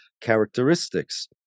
characteristics